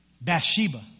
Bathsheba